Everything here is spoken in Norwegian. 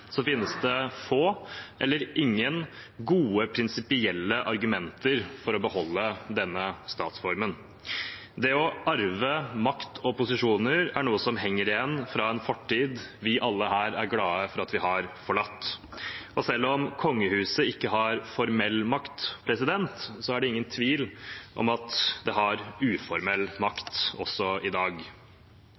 finnes det få eller ingen gode prinsipielle argumenter for å beholde denne statsformen. Det å arve makt og posisjoner er noe som henger igjen fra en fortid vi alle her er glad for at vi har forlatt. Og selv om kongehuset ikke har formell makt, er det ingen tvil om at det har uformell makt, også i dag.